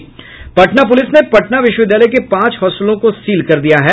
Patna police ने पटना विश्वविद्यालय के पांच हॉस्टलों को सील कर दिया है